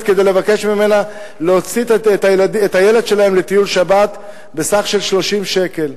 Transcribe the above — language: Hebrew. כדי לבקש ממנה להוציא את הילד שלהם לטיול שבת שעלה 30 שקל,